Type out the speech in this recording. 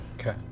okay